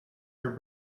her